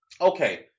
okay